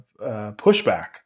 pushback